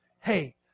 hey